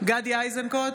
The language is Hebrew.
גדי איזנקוט,